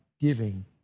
giving